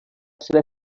seva